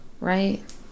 right